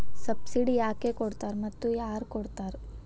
Subsidy ಯಾಕೆ ಕೊಡ್ತಾರ ಮತ್ತು ಯಾರ್ ಕೊಡ್ತಾರ್?